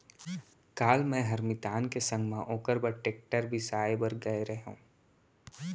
काल मैंहर मितान के संग म ओकर बर टेक्टर बिसाए बर गए रहव